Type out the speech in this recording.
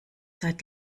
seit